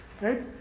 right